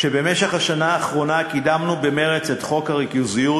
במשך השנה האחרונה קידמנו במרץ את חוק הריכוזיות,